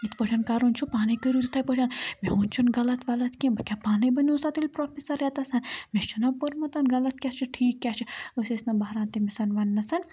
یِتھ پٲٹھۍ کَرُن چھُ پانے کٔرِو تِتھے پٲٹھٮ۪ن میون چھُ نہٕ غلط ولط کینٛہہ بہٕ کیاہ پَانے بَنیو سا تیٚلہِ پروفیٚسَر یَتَسَن مےٚ چھُ نہ پوٚرمُت غلط کیاہ چھُ ٹھیٖک کیٛاہ چھِ أسۍ ٲسۍ نہٕ بہران تٔمِس وننَسَن